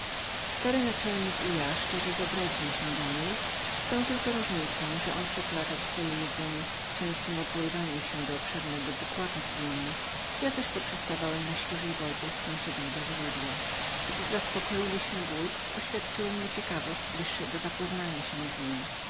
stary naczelnik i ja szczerze zabraliśmy się do niej z tą tylko różnicą że on przeplatał swoje jedzenie częstem odwoływaniem się do obszernego bukłaku z winem ja zaś poprzestawałem na świeżej wodzie z sąsiedniego źródła gdy zaspokoiliśmy głód oświadczyłem mu ciekawości bliższego z nim